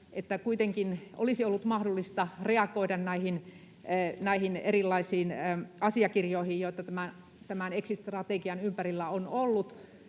että kuitenkin olisi ollut mahdollista reagoida näihin erilaisiin asiakirjoihin, joita exit-strategian ympärillä on ollut.